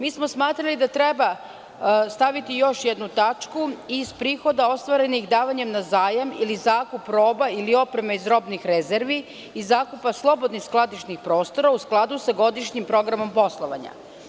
Mi smo smatrali da treba staviti još jednu tačku: „Iz prihoda ostvarenih davanjem na zajam ili zakup roba ili opreme iz robnih rezervi i zakupa slobodnih skladišnih prostora, u skladu sa godišnjim programom poslovanja“